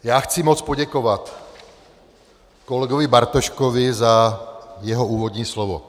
Já chci moc poděkovat kolegovi Bartoškovi za jeho úvodní slovo.